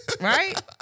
Right